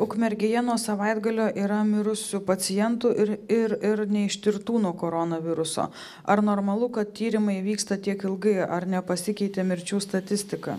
ukmergėje nuo savaitgalio yra mirusių pacientų ir ir ir neištirtų nuo koronaviruso ar normalu kad tyrimai vyksta tiek ilgai ar nepasikeitė mirčių statistika